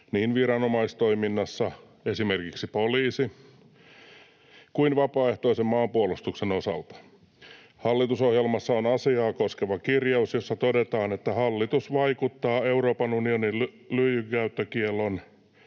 niin viranomaistoiminnassa — esimerkiksi poliisi — kuin vapaaehtoisen maanpuolustuksen osalta. Hallitusohjelmassa on asiaa koskeva kirjaus, jossa todetaan, että hallitus vaikuttaa Euroopan unionin lyijynkäyttökiellon